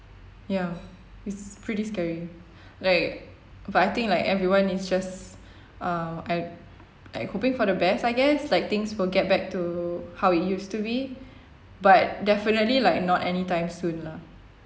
ya it's pretty scary like but I think like everyone is just uh like hoping for the best I guess like things will get back to how it used to be but definitely like not any time soon lah